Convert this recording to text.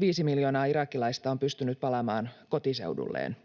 viisi miljoonaa irakilaista on pystynyt palaamaan kotiseudulleen.